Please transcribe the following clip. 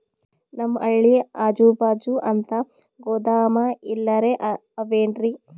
ನಮ್ ಹಳ್ಳಿ ಅಜುಬಾಜು ಅಂತ ಗೋದಾಮ ಎಲ್ಲರೆ ಅವೇನ್ರಿ?